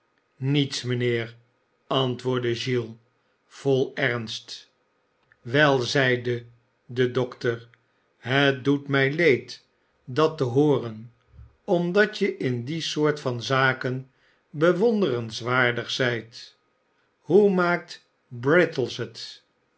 niets mijnheer antwoordde giles vol ernst wel zeide de dokter het doet mij leed dat te hooren omdat je in die soort van zaken bewonderenswaardig zijl hoe maakt britt'es het